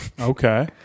Okay